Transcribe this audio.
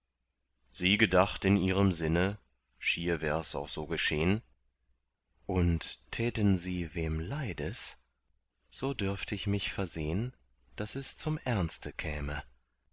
sie gedacht in ihrem sinne schier wärs auch so geschehn und täten sie wem leides so dürft ich mich versehn daß es zum ernste käme